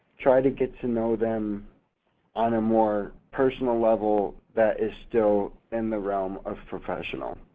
try to get to know them on a more personal level that is still in the realm of professional.